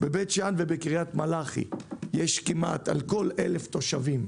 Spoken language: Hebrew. בבית שאן ובקריית מלאכי יש תחנה לכל 1,000 תושבים,